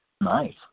nice